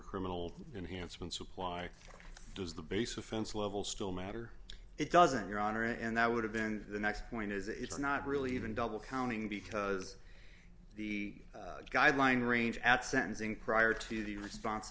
criminal enhancement supply does the base offense level still matter it doesn't your honor and that would have been the next point is it's not really even double counting because the guideline range at sentencing prior to the respons